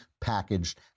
packaged